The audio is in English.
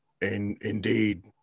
Indeed